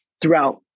throughout